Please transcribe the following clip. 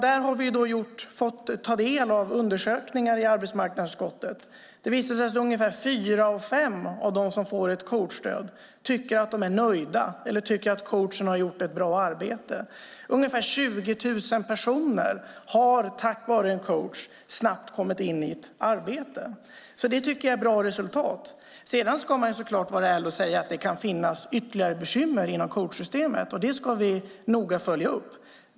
Där har vi fått ta del av undersökningar i arbetsmarknadsutskottet. Det har visat sig att ungefär fyra av fem av dem som får ett coachstöd är nöjda eller tycker att coachen har gjort ett bra arbete. Ungefär 20 000 personer har tack vare en coach snabbt kommit in i arbete. Det är ett bra resultat. Sedan ska man vara ärlig och säga att det kan finnas ytterligare bekymmer inom coachsystemet, och det ska vi noga följa upp.